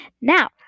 now